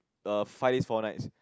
the five days four nights